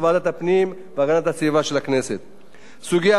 סוגיה אחת נותרה במחלוקת עד לסיום הדיונים,